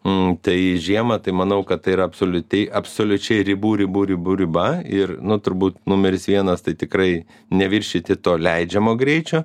nu tai žiemą tai manau kad tai yra absoliuti absoliučiai ribų ribų ribų riba ir nu turbūt numeris vienas tai tikrai neviršyti to leidžiamo greičio